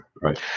Right